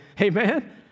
Amen